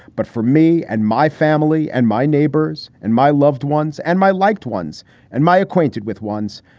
but for me and my family and my neighbors and my loved ones and my liked ones and my acquainted with ones,